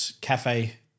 cafe